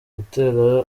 gutera